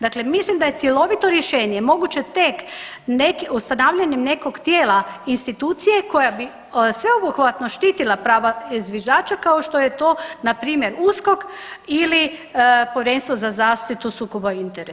Dakle, mislim da je cjelovito rješenje moguće tek ustanavljanjem nekog tijela, institucije koja bi sveobuhvatno štitila prava zviždača kao što je to na primjer USKOK ili Povjerenstvo za zaštitu sukoba interesa.